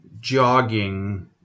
jogging